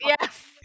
yes